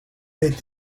est